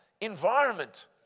environment